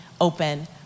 open